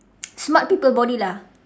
smart people body lah